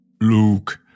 Luke